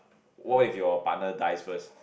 what if your partner dies first